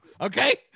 okay